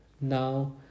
now